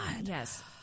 Yes